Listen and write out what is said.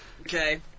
Okay